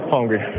Hungry